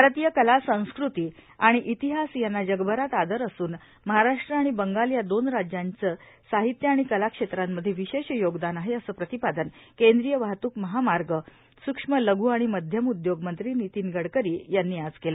भारतीय कला संस्कृती आणि इतिहास यांना ज भरात आदर असून महाराष्ट्र आणि बंधाल या दोन राज्यांचे साहित्य आणि कला क्षेत्रांमध्ये विशेष यो दान आहे असं प्रतिपादन केंद्रीय वाहतूक महामार्प सुक्ष्म लघू आणि मध्यम उद्यो मंत्री नितीन डकरी यांनी आज केले